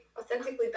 authentically